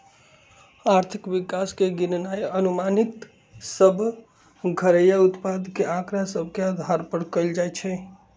आर्थिक विकास के गिननाइ अनुमानित सभ घरइया उत्पाद के आकड़ा सभ के अधार पर कएल जाइ छइ